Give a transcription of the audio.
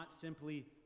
simply